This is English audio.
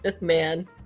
man